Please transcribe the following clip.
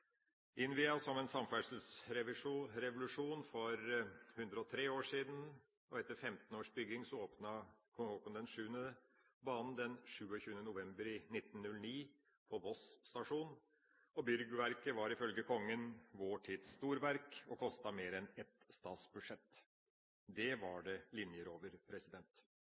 innvia som en samferdselsrevolusjon for 103 år siden, og etter 15 års bygging åpnet Kong Haakon VII banen 27. november 1909, på Voss stasjon. Byggverket var ifølge kongen vår tids storverk og kostet mer enn ett statsbudsjett. Det var det linjer over.